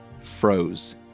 froze